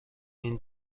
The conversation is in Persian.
این